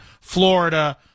Florida